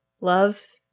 Love